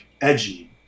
edgy